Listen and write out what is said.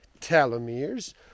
telomeres